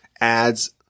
adds